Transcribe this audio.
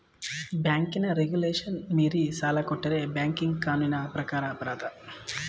ಬ್ಯಾಂಕಿನ ರೆಗುಲೇಶನ್ ಮೀರಿ ಸಾಲ ಕೊಟ್ಟರೆ ಬ್ಯಾಂಕಿಂಗ್ ಕಾನೂನಿನ ಪ್ರಕಾರ ಅಪರಾಧ